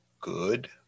good